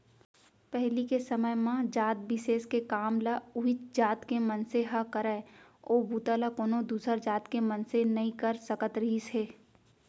पहिली के समे म जात बिसेस के काम ल उहींच जात के मनसे ह करय ओ बूता ल कोनो दूसर जात के मनसे नइ कर सकत रिहिस हे